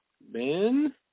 Ben